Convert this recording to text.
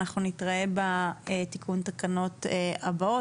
אנחנו נתראה בתיקון התקנות הבאות.